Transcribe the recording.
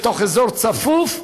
בתוך אזור צפוף,